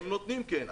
הם נותנים, כן.